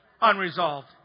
unresolved